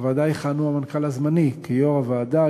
בוועדה יכהנו המנכ"ל הזמני כיו"ר הוועדה,